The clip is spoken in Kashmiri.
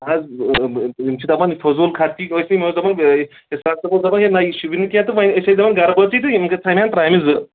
نہ حظ یِم چھِ دَپان یہِ فضوٗل خرچی ٲسۍ نہٕ یِم ٲس دَپان اِشتحاق صٲب اوس دَپان یہِ نہ یہِ شُوبِنہٕ کیٚنٛہہ تہٕ وۄنۍ أسۍ ٲسۍ دپان گرٕ بٲژٕے تہٕ یِم گٔژھن ترٛامہِ زٕ